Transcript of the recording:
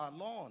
alone